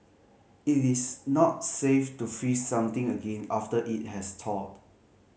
it is not safe to freeze something again after it has thawed